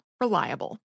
reliable